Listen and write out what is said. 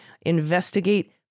investigate